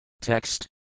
Text